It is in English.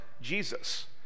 Jesus